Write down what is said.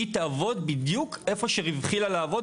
היא תעבוד בדיוק איפה שרווחי לה לעבוד,